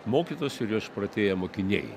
mokytojas ir jo išprotėja mokiniai